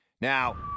Now